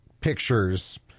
pictures